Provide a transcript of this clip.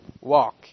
walk